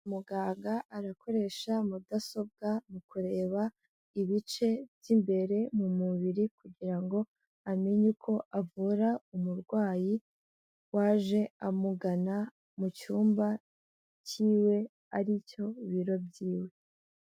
Muganga ari gukoresha mudasobwa mu kureba ibice by'imbere mumubiri, kugirango amenye uko avura umurwayi waje amugana mucyumba cyiwe aricyo biro byiwe.